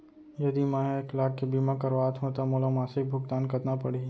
यदि मैं ह एक लाख के बीमा करवात हो त मोला मासिक भुगतान कतना पड़ही?